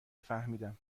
فهمیدم